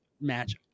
match